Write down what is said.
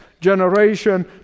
generation